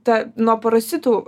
ta nuo parazitų